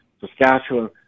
Saskatchewan